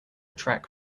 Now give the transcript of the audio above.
track